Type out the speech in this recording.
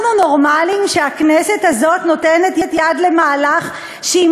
אנחנו נורמליים שהכנסת הזאת נותנת יד למהלך שהיא